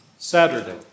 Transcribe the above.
Saturday